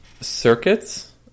Circuits